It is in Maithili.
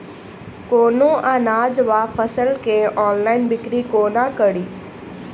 कोनों अनाज वा फसल केँ ऑनलाइन बिक्री कोना कड़ी?